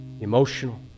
emotional